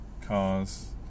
cars